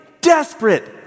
desperate